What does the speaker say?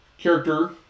Character